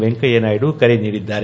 ವೆಂಕಯ್ಯ ನಾಯ್ಡು ಕರೆ ನೀಡಿದ್ದಾರೆ